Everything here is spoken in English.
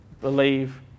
Believe